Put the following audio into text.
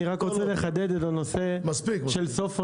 אני רק רוצה לחדד את הנושא של סוף עונה,